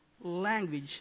language